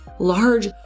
Large